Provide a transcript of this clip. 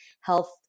health